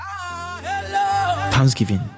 Thanksgiving